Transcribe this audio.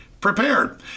prepared